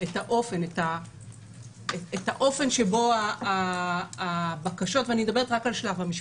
את האופן שבו הבקשות ואני מדברת רק על שלב המשפט,